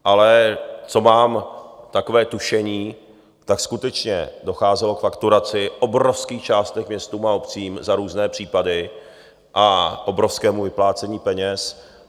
Ale co mám takové tušení, tak skutečně docházelo k fakturaci obrovských částek městům a obcím za různé případy a k obrovskému vyplácení peněz.